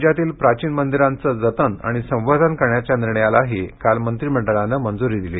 राज्यातील प्राचीन मंदिरांचे जतन आणि संवर्धन करण्याच्या निर्णयालाही काल मंत्रिमंडळाने मंजुरी दिली